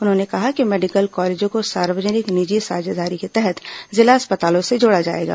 उन्होंने कहा कि मेडिकल कॉलेजों को सार्वजनिक निजी साझेदारी के तहत जिला अस्पतालों से जोड़ा जाएगा